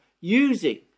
using